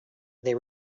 they